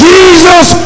Jesus